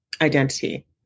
identity